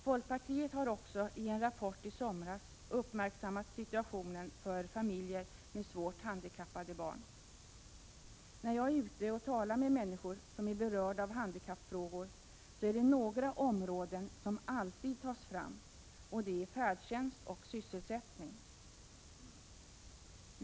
Folkpartiet har också i en rapport i somras uppmärksammat situationen för familjer med svårt handikappade barn. När jag är ute och talar med människor som är berörda av handikappfrågor, är det några områden som alltid tas fram, nämligen färdtjänst och sysselsättning.